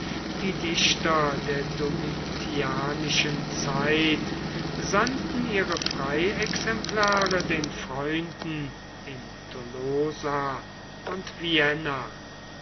die dichter der domitianischen zeit sandten ihre freiexemplare den freunden in tolosa und vienna